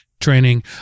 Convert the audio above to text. training